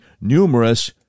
numerous